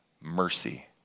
mercy